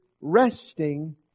resting